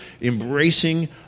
embracing